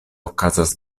okazas